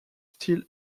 still